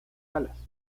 alas